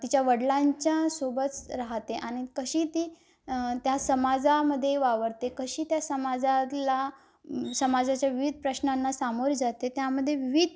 तिच्या वडिलांच्या सोबच राहतेे आणि कशी ती त्या समाजामध्ये वावरते कशी त्या समाजाला समाजाच्या विविध प्रश्नांना सामोर जाते त्यामध्ये विविध